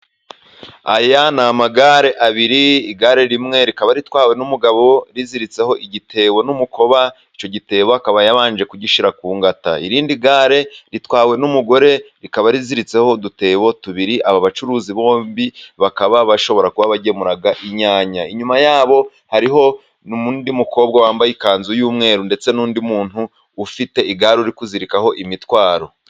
Aya ni amagare abiri igare rimwe rikaba ritwawe n'umugabo riziritseho igitebo n'umukoba icyo gitebo akaba yabanje kugishyira ku ngata. Irindi gare ritwawe n'umugore rikaba riziritseho udutebo tubiri aba bacuruzi bombi bakaba bashobora kuba bagemurara inyanya. Inyuma yabo hariho n'undi mukobwa wambaye ikanzu y'umweru ndetse n'undi muntu ufite igare uri kuzirikaho imitwaro.